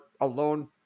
alone